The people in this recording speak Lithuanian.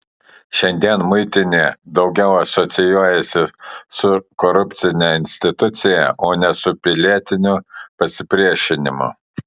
šiandien muitinė daugiau asocijuojasi su korupcine institucija o ne su pilietiniu pasipriešinimu